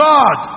God